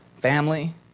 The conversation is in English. Family